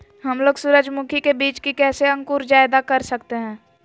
हमलोग सूरजमुखी के बिज की कैसे अंकुर जायदा कर सकते हैं?